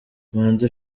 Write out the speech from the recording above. manzi